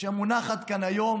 שמונחת כאן היום